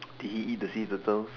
did he eat the sea turtle